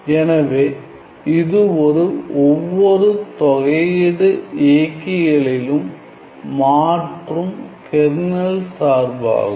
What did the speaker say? எனவே இது ஒரு ஒவ்வொரு தொகை இயக்கிகளிலும் மாற்றும் கெர்னல் சார்பாகும்